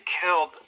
killed